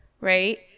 right